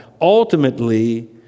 ultimately